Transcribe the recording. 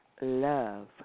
love